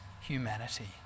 humanity